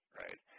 right